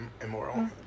immoral